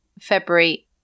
February